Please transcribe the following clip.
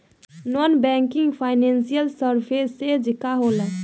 Non banking financial services का होला?